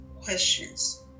questions